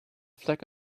flag